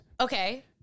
Okay